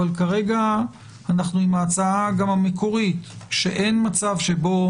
אבל כרגע אנו עם ההצעה המקורית שאין מצב שבו